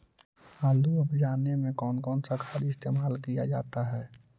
आलू अब जाने में कौन कौन सा खाद इस्तेमाल क्या जाता है?